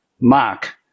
Mark